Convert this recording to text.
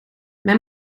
men